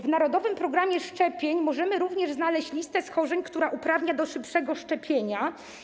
W narodowym programie szczepień możemy również znaleźć listę schorzeń, które uprawniają do szybszego szczepienia.